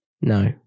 No